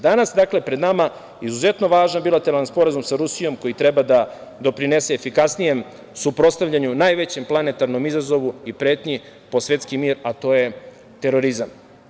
Danas je pred nama izuzetno važan bilateralan Sporazum sa Rusijom, koji treba da doprinese efikasnijem suprotstavljanju najvećem planetarnom izazovu i pretnji po svetski mir, a to je terorizam.